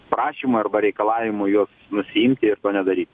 prašymui arba reikalavimui juos nusiimti ir to nedaryt